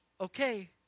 okay